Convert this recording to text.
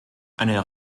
einer